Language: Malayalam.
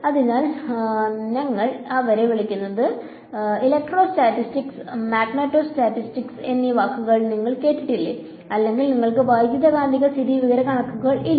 അതിനാൽ ഞങ്ങൾ അവരെ വിളിക്കുന്നത് അതുകൊണ്ടാണ് ഇലക്ട്രോസ്റ്റാറ്റിക്സ് മാഗ്നെറ്റോസ്റ്റാറ്റിക്സ് എന്നീ വാക്കുകൾ നിങ്ങൾ കേട്ടത് അല്ലെങ്കിൽ നിങ്ങൾക്ക് വൈദ്യുതകാന്തിക സ്ഥിതിവിവരക്കണക്കുകൾ ഇല്ല